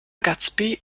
gadsby